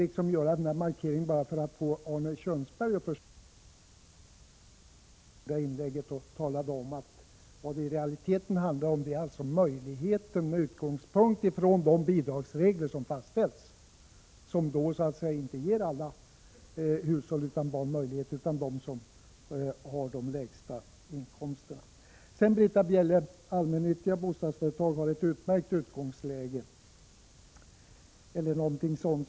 Jag ville göra denna markering bara för att Arne Kjörnsberg skulle förstå att vad det i realiteten handlar om är möjligheten att få bidrag med utgångspunkt i de bidragsregler som fastställts. Reglerna ger inte dessa möjligheter till alla hushåll utan barn utan bara till de hushåll som har de lägsta inkomsterna. ”Allmännyttiga bostadsföretag har ett utmärkt utgångsläge”, sade Britta Bjelle.